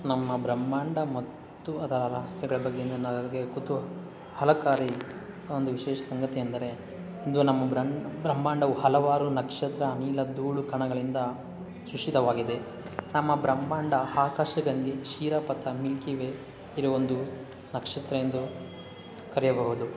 ನಮ್ಮ ಬ್ರಹ್ಮಾಂಡ ಮತ್ತು ಅದರ ರಹಸ್ಯಗಳ ಬಗ್ಗೆನೇ ನನಗೆ ಕುತೂಹಲಕಾರಿ ಒಂದು ವಿಶೇಷ ಸಂಗತಿ ಎಂದರೆ ಇಂದು ನಮ್ಮ ಬ್ರಮ್ ಬ್ರಹ್ಮಾಂಡವು ಹಲವಾರು ನಕ್ಷತ್ರ ನೀಲಿ ಧೂಳು ಕಣಗಳಿಂದ ಸೃಷ್ಟಿತವಾಗಿದೆ ನಮ್ಮ ಬ್ರಹ್ಮಾಂಡ ಆಕಾಶಗಂಗೆ ಕ್ಷೀರಪಥ ಮಿಲ್ಕಿ ವೇ ಇದು ಒಂದು ನಕ್ಷತ್ರ ಎಂದು ಕರೆಯಬಹುದು